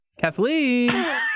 Kathleen